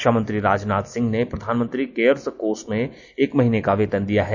रक्षा मंत्री राजनाथ सिंह ने प्रधानमंत्री केयर्स कोष में एक महीने का वेतन दिया है